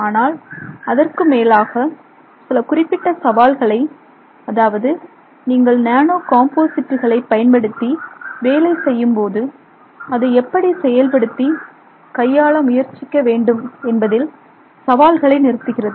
ஆனால் அதற்கு மேலாக சில குறிப்பிட்ட சவால்களை அதாவது நீங்கள் நானோ காம்போசிட்டுகளை பயன்படுத்தி வேலை செய்யும்போது அதை எப்படி செயல்படுத்த கையாள முயற்சிக்க வேண்டும் என்பதில் சவால்களை நிறுத்துகிறது